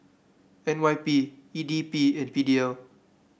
N Y P E D B and P D L